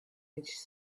this